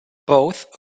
both